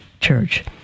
church